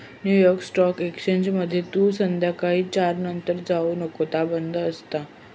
new York stock एक्सचेंजमध्ये तू संध्याकाळी चार नंतर जाऊ नको ता बंद असता